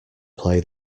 play